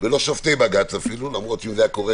ולא שופטי בג"ץ - למרות שאם היה קורה,